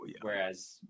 whereas